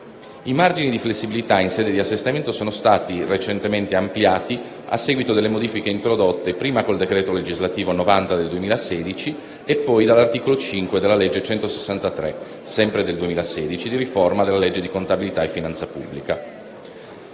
I margini di flessibilità in sede di assestamento sono stati recentemente ampliati a seguito delle modifiche, introdotte prima col decreto legislativo n. 90 del 2016 e poi dall'articolo 5 della legge n. 163, sempre del 2016, di riforma della legge di contabilità e finanza pubblica.